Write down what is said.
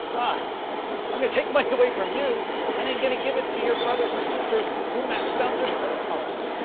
ah i'm going to take money away from you and i'm going to give it to your brothers and sisters who max the out their credit cards.